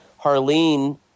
Harleen